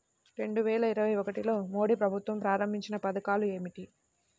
రెండు వేల ఇరవై ఒకటిలో మోడీ ప్రభుత్వం ప్రారంభించిన పథకాలు ఏమిటీ?